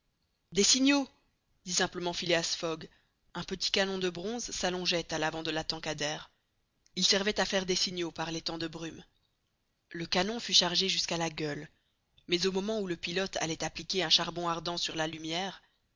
des signaux dit simplement phileas fogg un petit canon de bronze s'allongeait à l'avant de la tankadère il servait à faire des signaux par les temps de brume le canon fut chargé jusqu'à la gueule mais au moment où le pilote allait appliquer un charbon ardent sur la lumière